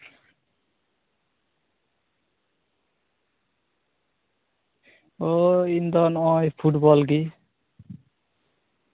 ᱳᱸᱻ ᱤᱧ ᱫᱚ ᱱᱚᱜᱼᱚᱭ ᱯᱷᱩᱴᱵᱚᱞ ᱜᱤ